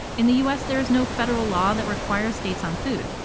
in the us, there is no federal law that requires states on food,